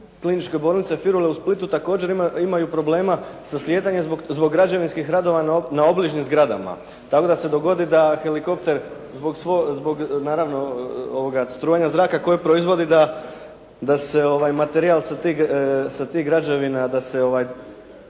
Kliničke bolnice Firule u Splitu također imaju problema sa slijetanjem zbog građevinskih radova na obližnjim zgradama. Tako da se dogodi da helikopter zbog naravno strujanja zraka kojeg proizvodi da se materijal sa tih građevina da se